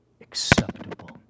acceptable